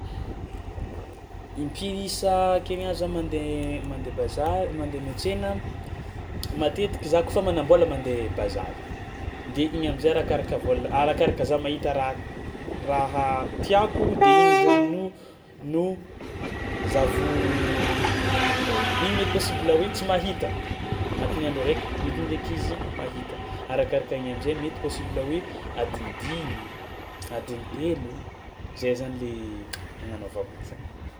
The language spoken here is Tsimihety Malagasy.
Impiry isan-kerignandro zaho mandeha mandeha baza- mandeha miantsena, matetiky za kaofa manam-bôla mandeha bazary de igny am'zay arakaraka vôla arakaraka za mahita ra- raha tiàko de igny zany no no za vao môdy, igny mety possible hoe tsy mahita agnatin'ny andro araiky mety ndraiky izy mahita, arakaraka igny am'zay mety possible hoe adiny dimy, adiny telo zay zany le agnanaovana azy zany.